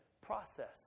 process